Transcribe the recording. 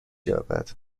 یابد